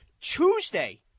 Tuesday